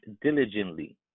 diligently